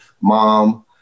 mom